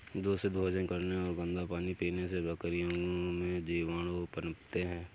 दूषित भोजन करने और गंदा पानी पीने से बकरियों में जीवाणु पनपते हैं